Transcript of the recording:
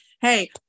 Hey